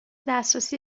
دسترسی